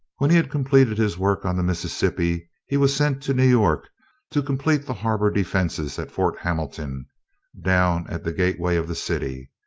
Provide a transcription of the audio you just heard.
when he had completed his work on the mississippi, he was sent to new york to complete the harbor defenses at fort hamilton down at the gateway of the city.